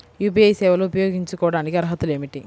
UPI సేవలు ఉపయోగించుకోటానికి అర్హతలు ఏమిటీ?